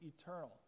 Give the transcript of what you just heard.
eternal